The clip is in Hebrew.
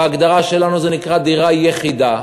בהגדרה שלנו זה נקרא דירה יחידה.